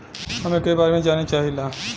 हम एकरे बारे मे जाने चाहीला?